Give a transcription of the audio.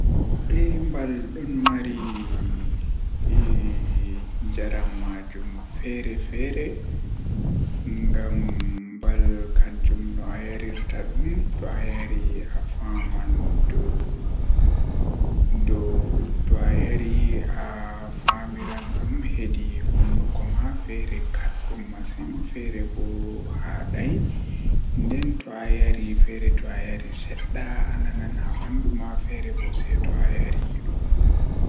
Eey, ko waɗi ko neɗɗo ɗoo waɗataa hakkunde ngoodi haalde e leydi ɗum so he saayi. Ko aduna maa waɗanaa ɗum ɗoo ɗi famataa ngam njogorde maa, e waɗal kadi, ɗum woni laawol laamu. So a heɓata ɗam ngoodi ka leydi fof e jam e nder laamu, ɗum waɗata heɓre ngoodi ɗi waɗande faamugol aduna.